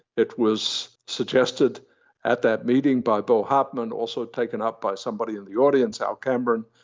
it was suggested at that meeting by bill hartmann, also taken up by somebody in the audience, al cameron.